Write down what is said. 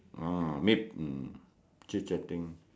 ah maybe um chit chatting